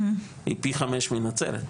היא פי חמש מנצרת.